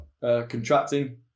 contracting